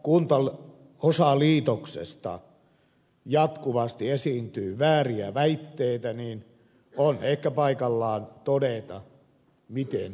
kun tästä kuntaosaliitoksesta jatkuvasti esiintyy vääriä väitteitä niin on ehkä paikallaan todeta miten se asia meni